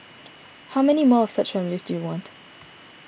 how many more of such families do you want